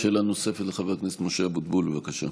שאלה נוספת לחבר הכנסת משה אבוטבול, בבקשה.